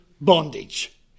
bondage